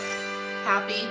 happy